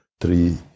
three